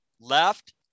left